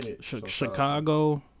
Chicago